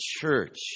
church